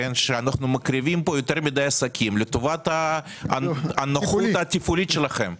שאנחנו מקריבים פה יותר מדי עסקים לטובת הנוחות התפעולית שלכם.